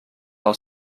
els